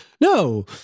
No